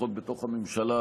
לפחות בתוך הממשלה,